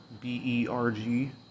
B-E-R-G